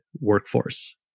workforce